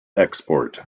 export